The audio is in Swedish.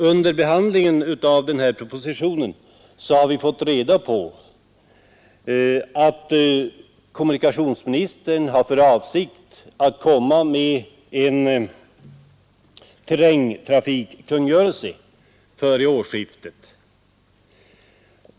Under behandlingen av propositionen har vi fått reda på att kommunikationsministern har för avsikt att utfärda en terrängtrafikkungörelse före årsskiftet.